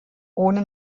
ohne